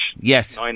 yes